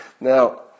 Now